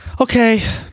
Okay